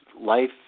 life